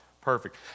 perfect